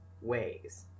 ways